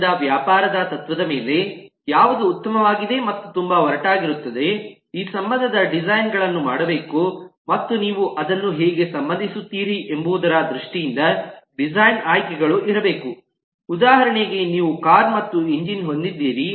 ಆದ್ದರಿಂದ ವ್ಯಾಪಾರದ ತತ್ತ್ವದ ಮೇಲೆ ಯಾವುದು ಉತ್ತಮವಾಗಿದೆ ಮತ್ತು ತುಂಬಾ ಒರಟಾಗಿರುತ್ತದೆ ಈ ಸಂಬಂಧದ ಡಿಸೈನ್ ಗಳನ್ನು ಮಾಡಬೇಕು ಮತ್ತು ನೀವು ಅದನ್ನು ಹೇಗೆ ಸಂಬಂಧಿಸುತ್ತೀರಿ ಎಂಬುದರ ದೃಷ್ಟಿಯಿಂದ ಡಿಸೈನ್ ಆಯ್ಕೆಗಳೂ ಇರಬೇಕು ಉದಾಹರಣೆಗೆ ನೀವು ಕಾರು ಮತ್ತು ಎಂಜಿನ್ ಹೊಂದಿದ್ದೀರಿ